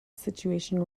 situation